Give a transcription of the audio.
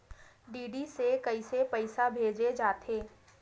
DD से कइसे पईसा भेजे जाथे?